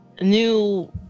new